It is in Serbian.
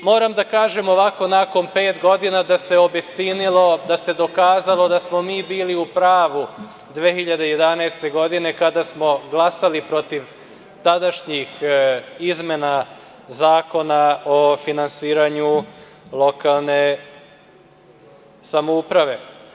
Moram da kažem nakon pet godina da se obistinilo, da se dokazalo da smo mi bili u pravu 2011. godine, kada smo glasali protiv tadašnjih izmena Zakona o finansiranju lokalne samouprave.